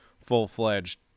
full-fledged